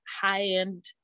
high-end